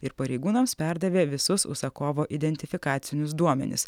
ir pareigūnams perdavė visus užsakovo identifikacinius duomenis